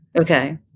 Okay